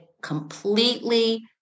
completely